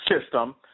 system